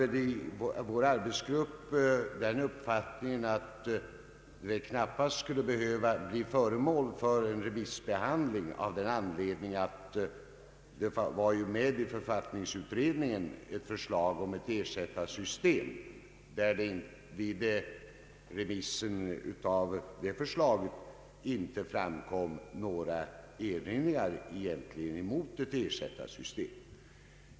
Inom vår arbetsgrupp hade vi den uppfattningen att remissbehandling knappast skulle behövas av den anledningen att författningsutredningen presenterade ett förslag om ersättarsystem. Vid remissen av det förslaget framkom inga egentliga erinringar mot ett ersättarsystem.